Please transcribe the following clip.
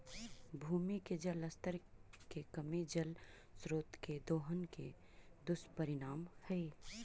भूमि के जल स्तर के कमी जल स्रोत के दोहन के दुष्परिणाम हई